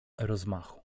rozmachu